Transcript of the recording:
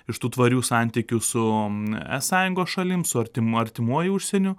iš tų tvarių santykių su e sąjungos šalim su artimu artimuoju užsieniu